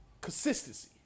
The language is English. Consistency